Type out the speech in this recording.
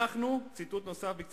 ציטוט נוסף של השיח',